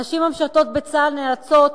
הנשים המשרתות בצה"ל נאלצות,